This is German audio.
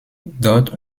dort